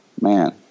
man